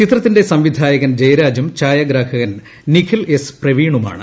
ചിത്രത്തിന്റെ സംവിധായകൻ ജയരാജും ഛായഗ്രഹകൻ നിഖിൽ എസ് പ്രവീണുമാണ്